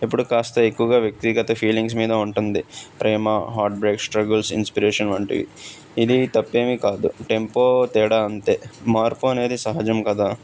ఇప్పుడు కాస్త ఎక్కువగా వ్యక్తిగత ఫీలింగ్స్ మీద ఉంటుంది ప్రేమ హార్ట్ బ్రేక్స్ స్ట్రగుల్స్ ఇన్స్పిరేషన్ వంటివి ఇది తప్పేమీ కాదు టెంపో తేడా అంతే మార్పు అనేది సహజం కదా